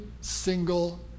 single